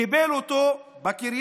קיבל אותו בקריה,